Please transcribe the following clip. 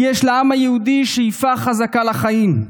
כי יש לעם היהודי שאיפה חזקה לחיים,